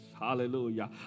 Hallelujah